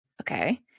Okay